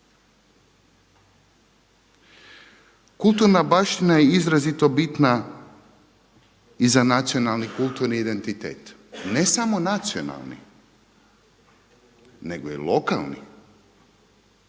Kulturna baština je izrazito bitna i nacionalni kulturni identitet, ne samo nacionalni, nego i lokalni.